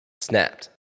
snapped